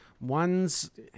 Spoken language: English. one's